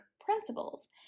principles